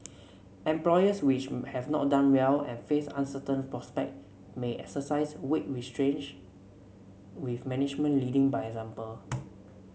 employers which have not done well and face uncertain prospect may exercise wage restraint with management leading by example